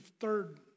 third